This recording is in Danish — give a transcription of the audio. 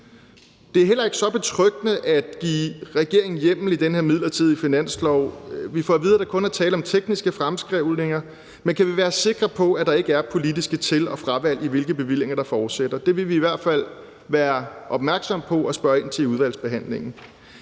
Det er heller ikke så betryggende at give regeringen hjemmel i den her midlertidige finanslov. Vi får at vide, at der kun er tale om tekniske fremskrivninger, men kan vi være sikre på, at der ikke er politiske til- og fravalg i, hvilke bevillinger der fortsætter? Det vil vi i hvert fald være opmærksomme på og spørge ind til i udvalgsbehandlingen.